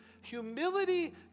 Humility